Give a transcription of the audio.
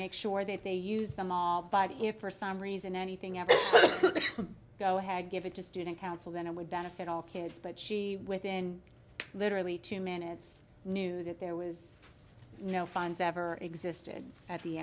make sure that they use them if for some reason anything else go ahead give it to student council then it would benefit all kids but she within literally two minutes knew that there was no funds ever existed at the